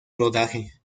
rodaje